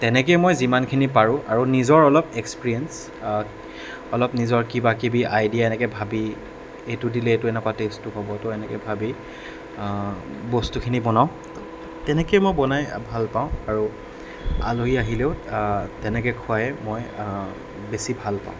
তেনেকৈ মই যিমানখিনি পাৰোঁ আৰু নিজৰ অলপ এক্সপিৰিয়েঞ্চ অলপ নিজৰ কিবা কিবি আইডিয়া এনেকৈ ভাবি এইটো দিলে এইটো এনেকুৱা টেষ্টটো হ'ব তো এনেকৈ ভাবি বস্তুখিনি বনাওঁ তেনেকৈয়ে মই বনাই ভাল পাওঁ আৰু আলহী আহিলেও তেনেকৈ খুৱাই মই বেছি ভাল পাওঁ